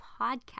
podcast